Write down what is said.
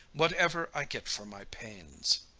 whatever i get for my pains.